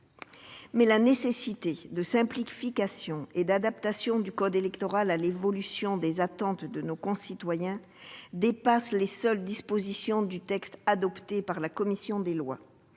la nécessité de simplification et d'adaptation du code électoral à l'évolution des attentes de nos concitoyens dépasse les seules dispositions du texte adopté par la commission des lois,